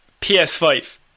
PS5